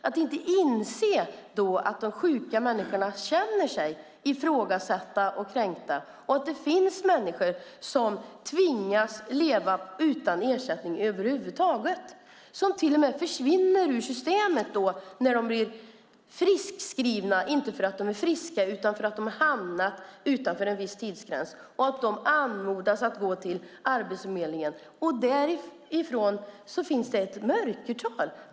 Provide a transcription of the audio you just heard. Det gäller att inse att de sjuka människorna känner sig ifrågasatta och kränkta och att det finns människor som tvingas leva utan ersättning över huvud taget. De till och med försvinner ur systemet när de blir friskskrivna - inte därför att de är friska utan därför att de har hamnat utanför en viss tidsgräns och då anmodas att gå till Arbetsförmedlingen. Där finns det ett mörkertal.